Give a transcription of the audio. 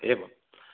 एवं